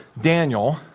Daniel